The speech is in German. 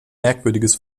merkwürdiges